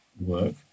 work